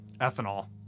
Ethanol